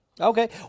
Okay